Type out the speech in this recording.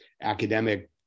academic